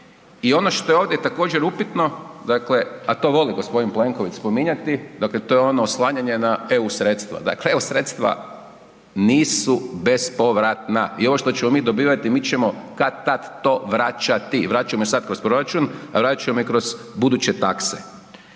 i ono što je ovdje također, upitno, dakle, a to voli g. Plenković spominjati, dakle to je ono oslanjanje na EU sredstva. EU sredstva nisu bespovratna, i ovo što ćemo mi dobivati, mi ćemo kad-tad to vraćati, vraćamo i sad kroz proračun, vratit ćemo i kroz buduće takse.